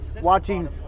Watching